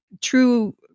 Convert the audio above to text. true